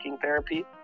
therapy